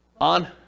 On